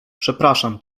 przepraszam